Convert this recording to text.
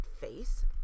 face